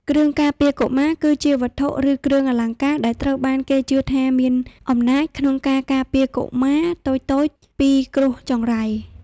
គ្រឿងការពារកុមារ គឺជាវត្ថុ ឬគ្រឿងអលង្ការដែលត្រូវបានគេជឿថាមានអំណាចក្នុងការការពារកុមារតូចៗពីគ្រោះកាចចង្រៃ។